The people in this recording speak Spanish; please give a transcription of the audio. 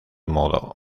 modo